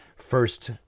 First